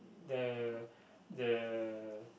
the the